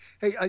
Hey